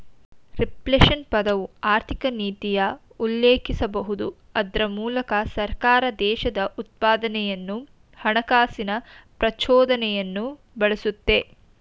reflation ಪದವು ಆರ್ಥಿಕನೀತಿಯ ಉಲ್ಲೇಖಿಸಬಹುದು ಅದ್ರ ಮೂಲಕ ಸರ್ಕಾರ ದೇಶದ ಉತ್ಪಾದನೆಯನ್ನು ಹಣಕಾಸಿನ ಪ್ರಚೋದನೆಯನ್ನು ಬಳಸುತ್ತೆ